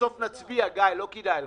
בסוף נצביע, גיא, לא כדאי לך.